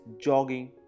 jogging